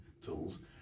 tools